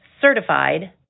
certified